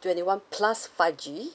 twenty one plus five G